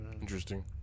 Interesting